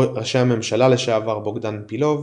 ראשי הממשלה לשעבר בוגדאן פילוב,